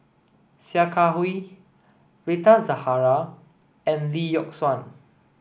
Sia Kah Hui Rita Zahara and Lee Yock Suan